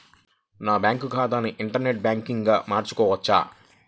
నా బ్యాంక్ ఖాతాని ఇంటర్నెట్ బ్యాంకింగ్గా మార్చగలరా?